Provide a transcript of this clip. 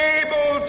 able